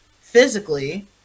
physically